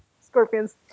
Scorpions